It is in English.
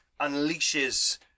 unleashes